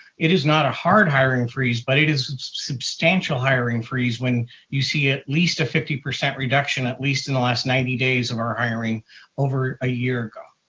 it is not a hard hiring freeze, but it is a substantial hiring freeze when you see, at least, a fifty percent reduction, at least, in the last ninety days of our hiring over a year ago.